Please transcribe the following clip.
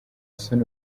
soni